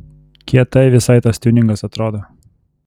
kietai visai tas tiuningas atrodo